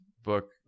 book